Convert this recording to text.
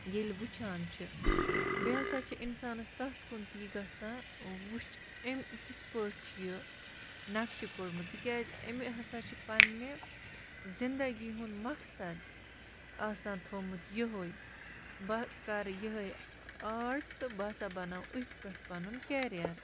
ییٚلہِ وٕچھان چھِ بیٚیہِ ہَسا چھِ اِنسانَس تَتھ کُن تہِ یہِ گژھان وُچھ أمۍ کِتھ پٲٹھۍ چھُ یہِ نَقشہِ کوٚڑمُت تِکیٛازِ أمہِ ہَسا چھِ پنٛنہِ زِندَگی ہُنٛد مقصد آسان تھوٚمُت یِہوے بہٕ کَرٕ یِہَے آٹ تہٕ بہٕ ہَسا بَناو أتھۍ پٮ۪ٹھ پَنُن کٮ۪ریَر